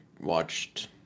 watched